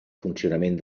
funcionament